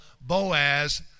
Boaz